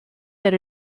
that